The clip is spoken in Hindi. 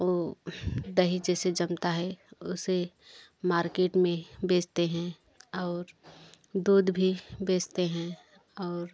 वो दही जैसे जमता है उसे मार्केट में बेचते हैं और दूध भी बेचते हैं और